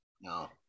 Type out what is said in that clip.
No